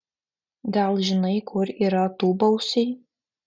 gal žinai kur yra tūbausiai